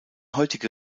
heutige